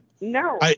No